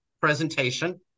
presentation